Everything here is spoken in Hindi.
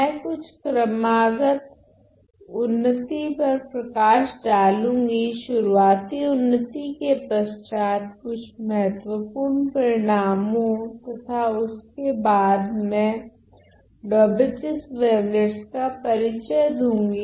मैं कुछ क्रमागत उन्नति पर प्रकाश डालूँगी शुरुआती उन्नति के पश्चात कुछ महत्वपूर्ण परिणामो तथा उसके बाद मैं डौबेचिएस वेवलेट्स का परिचय दूँगी